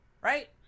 Right